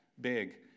big